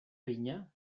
vinya